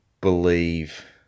believe